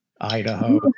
Idaho